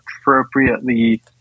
appropriately